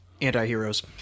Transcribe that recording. anti-heroes